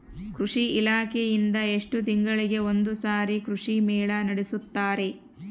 ಕೃಷಿ ಇಲಾಖೆಯಿಂದ ಎಷ್ಟು ತಿಂಗಳಿಗೆ ಒಂದುಸಾರಿ ಕೃಷಿ ಮೇಳ ನಡೆಸುತ್ತಾರೆ?